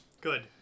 Good